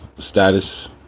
status